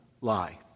lie